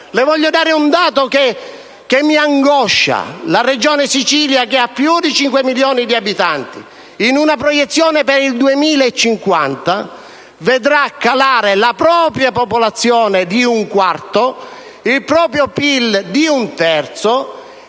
Le voglio comunicare un dato che mi angoscia. La regione Sicilia, che ha più di 5 milioni di abitanti, in una proiezione per il 2050 vedrà calare la propria popolazione di un quarto e il proprio PIL di un terzo.